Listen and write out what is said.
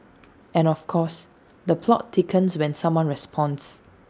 and of course the plot thickens when someone responds